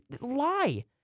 lie